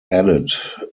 added